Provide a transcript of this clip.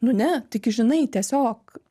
nu ne taigi žinai tiesiog